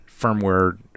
firmware